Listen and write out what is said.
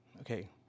Okay